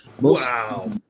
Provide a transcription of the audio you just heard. wow